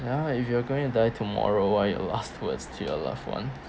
ya if you are going to die tomorrow what are your last words to your loved one